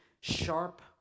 sharp